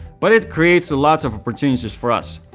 but it creates a lot of opportunities for us.